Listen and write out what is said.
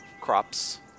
crops